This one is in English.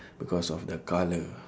because of the colour